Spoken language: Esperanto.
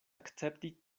akcepti